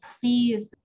please